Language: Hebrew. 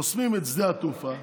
חוסמים את שדה התעופה,